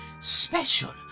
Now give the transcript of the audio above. special